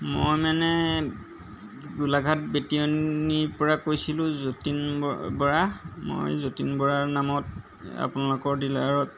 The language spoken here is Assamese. মই মানে গোলাঘাট বেটিয়নিৰ পৰা কৈছিলোঁ যতীন বৰা মই যতীন বৰাৰ নামত আপোনালোকৰ ডিলাৰত